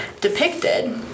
depicted